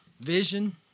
vision